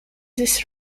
this